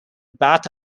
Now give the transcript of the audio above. bath